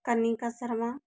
Kanika Sharma